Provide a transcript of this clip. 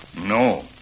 No